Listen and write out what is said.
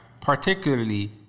particularly